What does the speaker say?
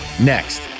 next